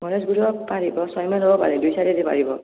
গণেশগুৰি হৈ পাৰিব ছয়মাইল হৈও পাৰি দুই ছাইদে দি পাৰিব